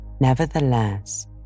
Nevertheless